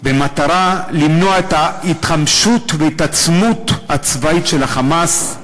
במטרה למנוע את ההתחמשות וההתעצמות הצבאית של ה"חמאס"